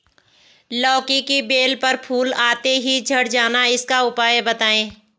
लौकी की बेल पर फूल आते ही झड़ जाना इसका उपाय बताएं?